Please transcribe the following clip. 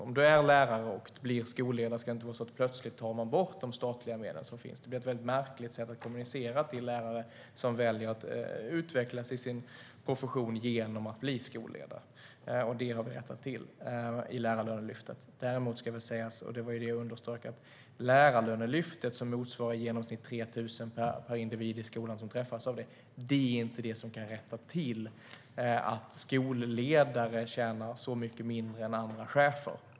Om man är lärare och blir skolledare ska det inte vara så att de statliga medel som finns plötsligt tas bort. Det blir ett väldigt märkligt sätt att kommunicera till lärare som väljer att utvecklas i sin profession genom att bli skolledare. Detta har vi rättat till i Lärarlönelyftet. Däremot ska det sägas - och det var det jag underströk - att Lärarlönelyftet, som i genomsnitt motsvarar 3 000 per individ i skolan som träffas av det, inte är det som kan rätta till att skolledare tjänar så mycket mindre än andra chefer.